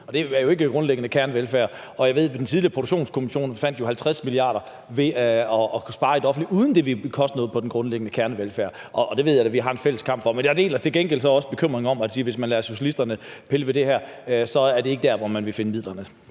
og det er jo ikke grundliggende kernevelfærd. Jeg ved, at den tidligere Produktivitetskommission jo fandt frem til, at man kunne spare 50 mia. kr. i det offentlige, uden at det var på bekostning af den grundliggende kernevelfærd. Det ved jeg da vi har en fælles kamp for. Men jeg deler til gengæld så også bekymringen om, at hvis man lader socialisterne pille ved det her, er det ikke der, man vil finde midlerne.